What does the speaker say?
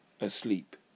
asleep